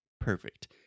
Perfect